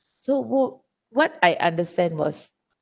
so who what I understand was